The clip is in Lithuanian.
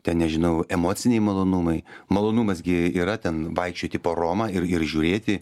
ten nežinau emociniai malonumai malonumas gi yra ten vaikščioti po romą ir ir žiūrėti